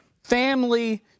Family